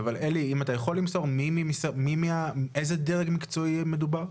אתה יכול למסור באיזה דרג מקצועי מדובר?